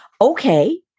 Okay